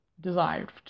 desired